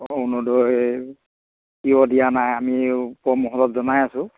অৰুণোদয় কিয় দিয়া নাই আমি ওপৰ মহলত জনাই আছো